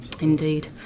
Indeed